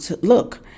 look